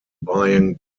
buying